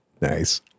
Nice